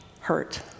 hurt